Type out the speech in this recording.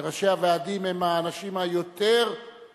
וראשי הוועדים הם האנשים היותר-אחראים